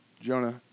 Jonah